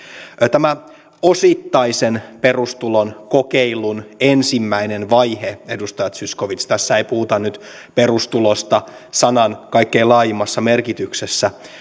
tämä osittaisen perustulon kokeilun ensimmäinen vaihe vaikka edustaja zyskowicz tässä ei puhuta nyt perustulosta sanan kaikkein laajimmassa merkityksessä